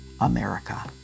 America